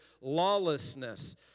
lawlessness